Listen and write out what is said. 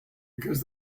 because